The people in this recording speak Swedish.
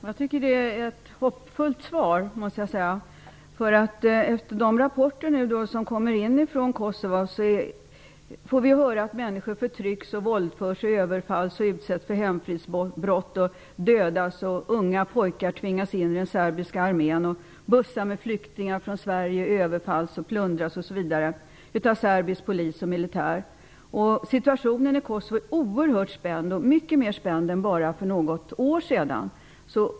Fru talman! Det är ett hoppfullt svar. I de rapporter som kommer från Kosova får vi höra att människor förtrycks, våldförs, överfalls, utsätts för hemfridsbrott och dödas. Unga pojkar tvingas in i den serbiska armén, bussar från Sverige med flyktingar överfalls och plundras av serbisk polis och militär. Situationen i Kosovo är oerhört spänd, mycket mer än för bara något år sedan.